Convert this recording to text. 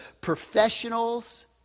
professionals